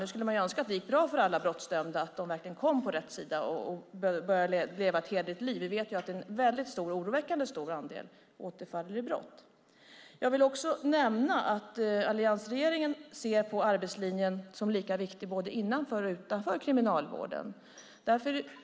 Man skulle önska att det gick bra för alla brottsdömda och att de verkligen kom över på rätt sida och började leva ett hederligt liv, men vi vet att en oroväckande stor andel återfaller i brott. Låt mig också nämna att alliansregeringen anser att arbetslinjen är lika viktig innanför som utanför kriminalvården.